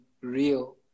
real